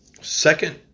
Second